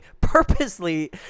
purposely